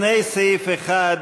לפני סעיף 1,